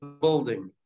building